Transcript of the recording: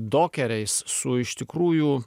dokerais su iš tikrųjų